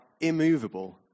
immovable